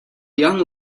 young